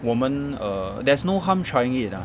我们 err there's no harm trying it ah